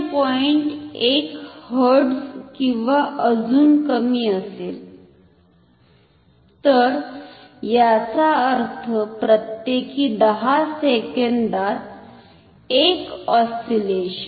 1हर्टझ किंवा अजुन कमी असेल तर याचा अर्थ प्रत्येकी 10 सेकंदात एक ऑस्सिलेशन